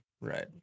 right